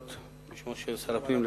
בשמו של שר הפנים,